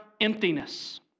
emptiness